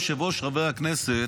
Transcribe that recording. אדוני היושב-ראש, חברי הכנסת,